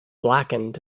blackened